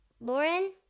Lauren